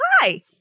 hi